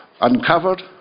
uncovered